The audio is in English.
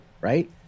right